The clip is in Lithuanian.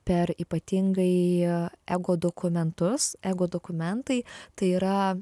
per ypatingai ego dokumentus ego dokumentai tai yra